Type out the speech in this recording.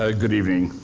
ah good evening.